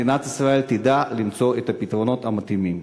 מדינת ישראל תדע למצוא את הפתרונות המתאימים.